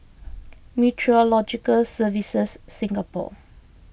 Meteorological Services Singapore